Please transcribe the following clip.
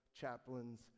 chaplain's